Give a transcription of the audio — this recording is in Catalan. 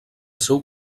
seu